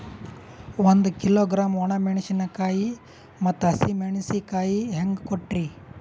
ಒಂದ ಕಿಲೋಗ್ರಾಂ, ಒಣ ಮೇಣಶೀಕಾಯಿ ಮತ್ತ ಹಸಿ ಮೇಣಶೀಕಾಯಿ ಹೆಂಗ ಕೊಟ್ರಿ?